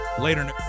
Later